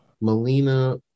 melina